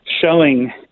showing